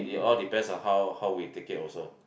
it all depends on how how we take it also